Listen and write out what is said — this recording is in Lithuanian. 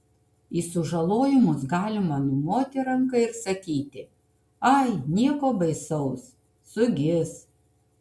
į sužalojimus galima numoti ranka ir sakyti ai nieko baisaus sugis